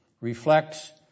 reflects